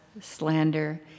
slander